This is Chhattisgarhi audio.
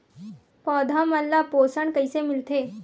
पौधा मन ला पोषण कइसे मिलथे?